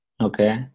Okay